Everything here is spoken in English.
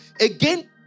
Again